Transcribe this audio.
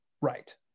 right